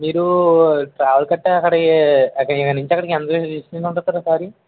మీరు ట్రావెల్ కట్టా అక్కడికి ఇక్కడి నుంచి అక్కడికి ఎంత డి డిస్టెన్స్ ఉండవచ్చు సార్ ఒకసారి